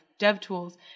DevTools